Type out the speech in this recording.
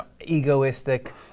egoistic